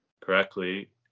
correctly